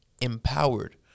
empowered